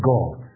God